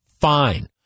Fine